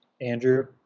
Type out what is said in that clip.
Andrew